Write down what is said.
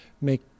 make